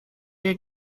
ihr